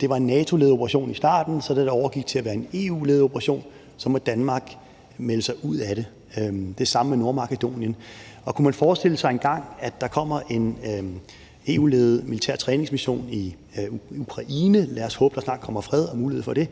det var en NATO-ledet operation i starten. Og da den så overgik til at være en EU-ledet operation, så måtte Danmark melde sig ud af det. Det samme gjaldt med Nordmakedonien. Og kunne man forestille sig, at der engang kommer en EU-ledet militær træningsmission i Ukraine – lad os håbe, at der snart kommer fred og mulighed for det